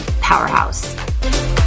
powerhouse